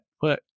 put